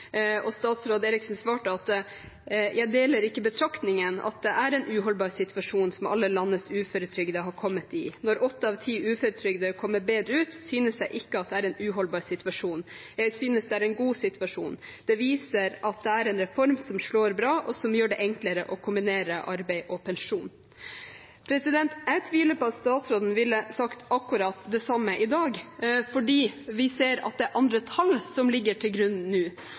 og statsråd Eriksson svarte: «Jeg deler ikke betraktningen at det er en uholdbar situasjon som alle landets uføretrygdede har kommet i. Når åtte av ti uføretrygdede har kommet bedre ut, synes jeg ikke at det er en uholdbar situasjon. Jeg synes det er en god situasjon. Det viser at det er en reform som slår bra, og som gjør det enklere å kombinere arbeid og pensjon.» Jeg tviler på at statsråden ville sagt akkurat det samme i dag, for vi ser at det er andre tall som ligger til grunn nå.